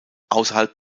außerhalb